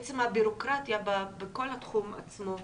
עצם הבירוקרטיה בכל התחום עצמו,